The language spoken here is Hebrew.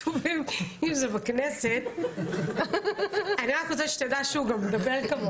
אני רק רוצה שתדע שהוא גם מדבר כמוך.